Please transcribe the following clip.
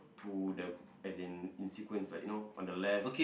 to the as in in sequence like you know on the left